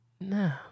No